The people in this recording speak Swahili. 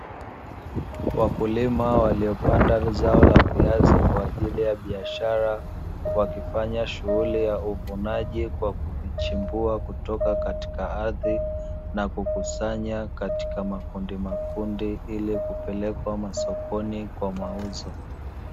Wakulima waliopanda zao la viazi kwaajili ya biashara, wakifanya shughuli ya uvunaji kwa kuvichimbua kutoka kwenye ardhi, na kukusanya katika makundi makundi ili kupelekwa masokoni kwaajili ya mauzo.